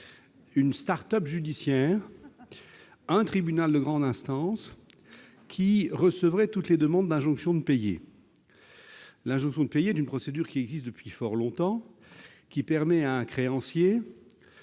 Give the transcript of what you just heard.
une « start-up judiciaire », un tribunal de grande instance qui recevrait toutes les demandes d'injonction de payer. L'injonction de payer est une procédure qui existe depuis fort longtemps. Elle permet à un créancier